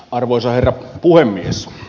arvoisa herra puhemies